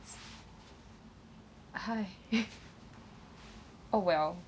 hi oh well